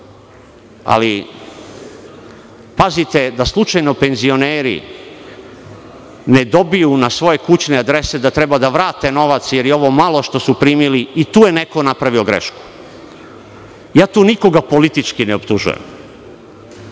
ali pazite da slučajno penzioneri ne dobiju na svoje kućne adrese da treba da vrate novac jer je ovo malo što su primili, i tu je neko napravio grešku. Nikoga tu politički ne optužujem.